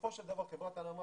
שבסופו של דבר חברת הנמל,